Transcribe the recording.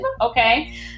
okay